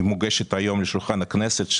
היא מוגשת היום לשולחן הכנסת,